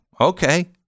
Okay